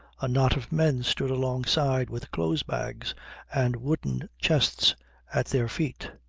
a knot of men stood alongside with clothes-bags and wooden chests at their feet.